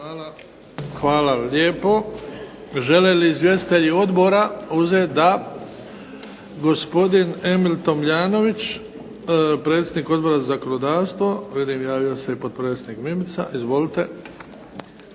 Hvala lijepo. Žele li izvjestitelji odbora? Da. Gospodin Emil Tomljanović predsjednik Odbora za zakonodavstvo, vidim i potpredsjednik Mimica. Izvolite.